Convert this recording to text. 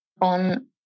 on